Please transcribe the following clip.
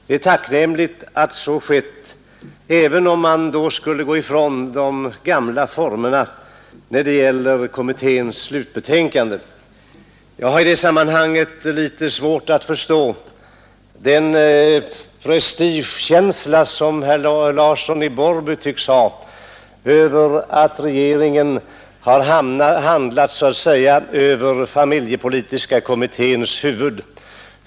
Det är tacknämligt att så skett, även om man därigenom går ifrån de gamla formerna när det gäller att avvakta en kommittés slutbetänkande. Jag har i det här sammanhanget litet svårt att förstå den känsla av sårad prestige som herr Larsson i Borrby tycks ha därför att regeringen har handlat så att säga över familjepolitiska kommitténs huvud.